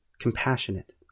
compassionate